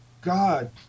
God